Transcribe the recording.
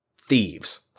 Thieves